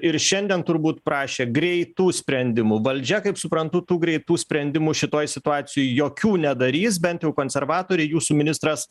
ir šiandien turbūt prašė greitų sprendimų valdžia kaip suprantu tų greitų sprendimų šitoj situacijoj jokių nedarys bent jau konservatoriai jūsų ministras